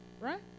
right